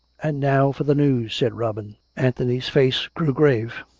and now for the news, said robin. anthony's face grew grave.